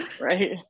Right